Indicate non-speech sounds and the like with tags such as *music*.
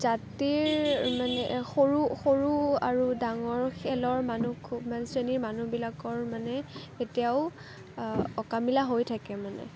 জাতিৰ মানে সৰু সৰু আৰু ডাঙৰ খেলৰ মানুহ খুব *unintelligible* শ্ৰেণীৰ মানুহবিলাকৰ মানে এতিয়াও অকামিলা হৈ থাকে মানে